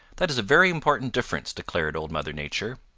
that is a very important difference, declared old mother nature.